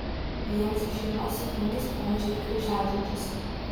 jencių šeima sėkmingai sprendžia ir kryžiažodžius